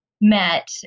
met